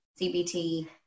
CBT